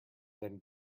than